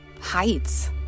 heights